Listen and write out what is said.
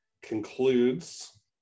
concludes